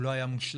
הוא לא היה מושלם,